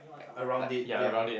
around it ya